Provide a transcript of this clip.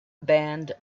banned